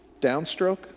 Downstroke